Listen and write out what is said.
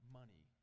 money